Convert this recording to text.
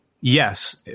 Yes